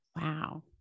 Wow